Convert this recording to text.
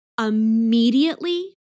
immediately